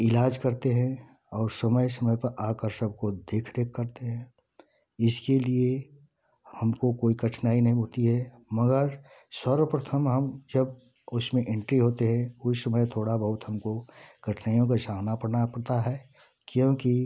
इलाज़ करते हैं और समय समय पर आकर सबको देख रेख करते हैं इसके लिए हमको कोई कठिनाई नहीं होती है मगर सर्वप्रथम हम जब उसमें एंट्री होते हैं उस समय थोड़ा बहुत हमको कठिनाइयों का सामना करना पड़ता है क्योंकि